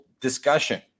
discussion